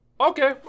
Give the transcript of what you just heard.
Okay